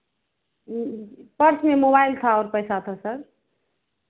purse में mobile था और पैसा था सर